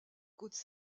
côtes